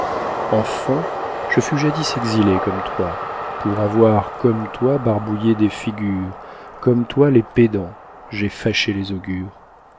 enfant je fus jadis exilé comme toi pour avoir comme toi barbouillé des figures comme toi les pédants j'ai fâché les augures